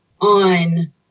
on